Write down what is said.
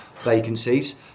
vacancies